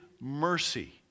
mercy